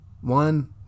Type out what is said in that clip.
one